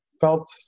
felt